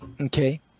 Okay